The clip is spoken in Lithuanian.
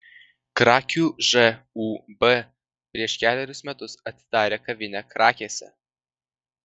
krakių žūb prieš kelerius metus atidarė kavinę krakėse